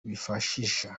bifashisha